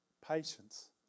patience